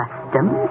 customs